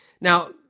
Now